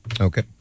Okay